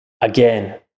again